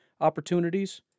opportunities